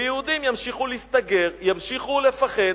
ויהודים ימשיכו להסתגר, ימשיכו לפחד,